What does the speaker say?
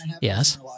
Yes